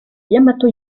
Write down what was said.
yamato